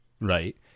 right